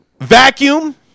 vacuum